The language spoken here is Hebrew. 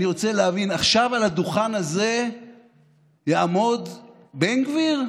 אני רוצה להבין: עכשיו על הדוכן הזה יעמוד בן גביר,